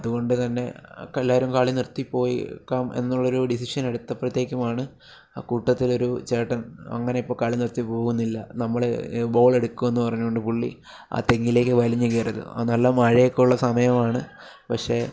അതുകൊണ്ട് തന്നെ എല്ലാവരും കളി നിർത്തി പോയേക്കാം എന്നുള്ളൊരു ഡിസിഷൻ എടുത്തപ്പോഴേക്കും ആണ് അക്കൂട്ടത്തിൽ ഒരു ചേട്ടൻ അങ്ങനെ ഇപ്പം കളി നിർത്തി പോകുന്നില്ല നമ്മൾ ബോൾ എടുക്കുമെന്ന് പറഞ്ഞു കൊണ്ട് പുള്ളി ആ തെങ്ങിലേക്ക് വലിഞ്ഞ് കയറി ആ നല്ല മഴയൊക്കെയുള്ള സമയമാണ് പക്ഷേ